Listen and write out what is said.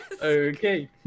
Okay